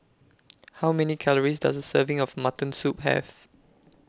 How Many Calories Does A Serving of Mutton Soup Have